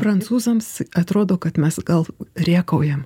prancūzams atrodo kad mes gal rėkaujam